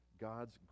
God's